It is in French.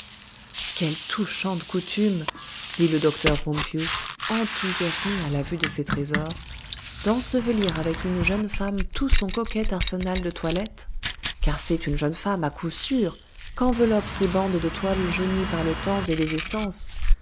quelle touchante coutume dit le docteur rumphius enthousiasmé à la vue de ces trésors d'ensevelir avec une jeune femme tout son coquet arsenal de toilette car c'est une jeune femme à coup sûr qu'enveloppent ces bandes de toile jaunies par le temps et les essences